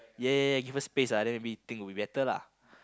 ya ya ya give her space ah then maybe think would be better lah